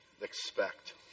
expect